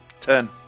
turn